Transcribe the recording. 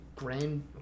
Grand